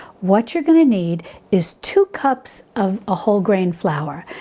what you're going to need is two cups of a whole grain flour.